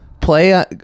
play